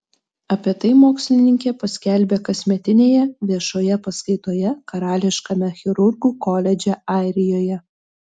apie tai mokslininkė paskelbė kasmetinėje viešoje paskaitoje karališkame chirurgų koledže airijoje